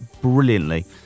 brilliantly